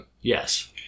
Yes